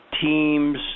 teams